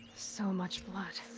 so much blood!